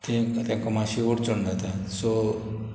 तें तेंको मातशी व्हडचण जाता सो